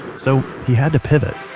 so, he had to pivot